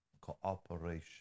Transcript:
cooperation